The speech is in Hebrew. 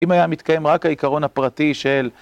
אם היה מתקיים רק העיקרון הפרטי של...